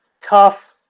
tough